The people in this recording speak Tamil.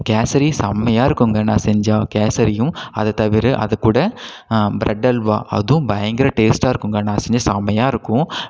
கேசரி செம்மையாக இருக்குங்க நான் செஞ்சால் கேசரியும் அதை தவிர அதுக்கூட ப்ரெட் அல்வா அதுவும் பயங்கர டேஸ்ட்டாக இருக்குங்க நான் செஞ்சால் செம்மையாக இருக்கும்